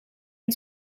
and